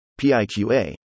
PIQA